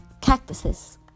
cactuses